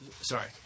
sorry